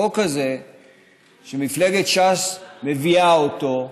שמפלגת ש"ס מביאה אותו,